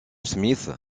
smith